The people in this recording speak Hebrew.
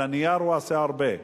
על הנייר הוא עושה הרבה.